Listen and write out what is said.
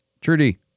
Trudy